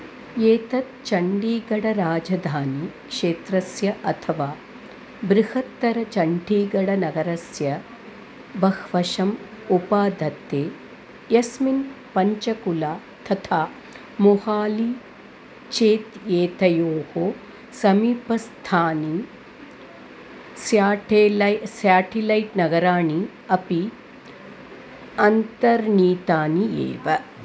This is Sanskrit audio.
एतत् चण्डीगडराजधानी क्षेत्रस्य अथवा बृहत्तरचण्ठिगडनगरस्य बह्वाशाम् उपादत्ते यस्मिन् पञ्चकुला तथा मोहालि चेत् एतयोः समीपस्थानि स्याठेलै स्याठिलैट् नगराणि अपि अन्तर्नीतानि एव